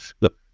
look